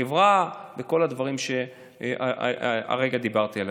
החברה, וכל הדברים שהרגע דיברתי עליהם.